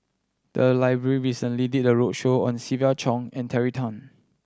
the library recently did a roadshow on Siva Choy and Terry Tan